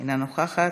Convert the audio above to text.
אינה נוכחת,